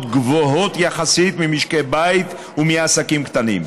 גבוהות יחסית ממשקי בית ומעסקים קטנים",